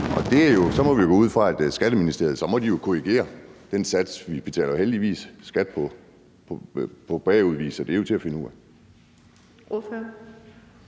og så må vi jo gå ud fra, at Skatteministeriet må korrigere den sats. Vi betaler jo heldigvis skat bagud, så det er jo til at finde ud af. Kl.